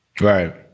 Right